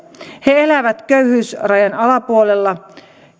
he elävät köyhyysrajan alapuolella